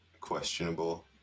questionable